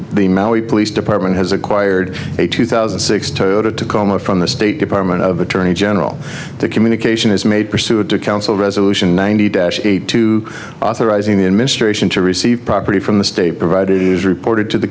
the maui police department has acquired a two thousand and six toyota tacoma from the state department of attorney general the communication is made pursue ado council resolution ninety eight two authorizing the administration to receive property from the state provided it is reported to the